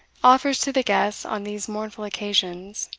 offers to the guests on these mournful occasions